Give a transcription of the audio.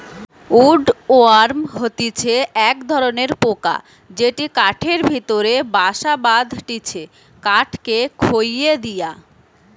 would worm হতিছে এক ধরণের পোকা যেটি কাঠের ভেতরে বাসা বাঁধটিছে কাঠকে খইয়ে দিয়া